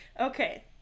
okay